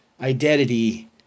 identity